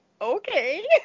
okay